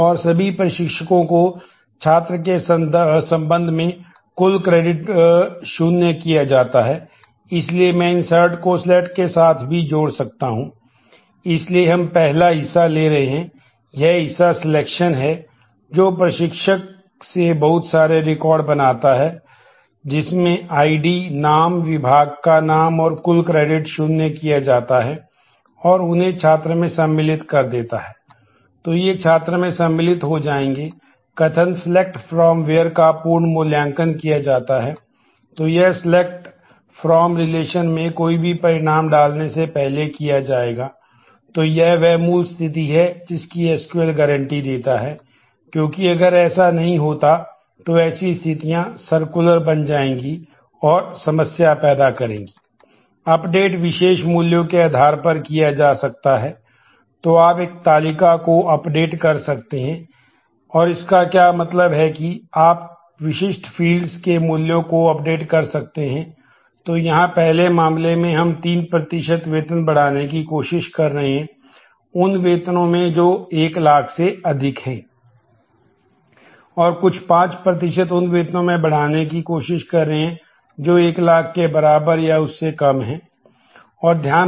और सभी प्रशिक्षकों को छात्र के संबंध में कुल क्रेडिट बन जाएंगी और समस्या पैदा करेंगी